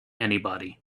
anybody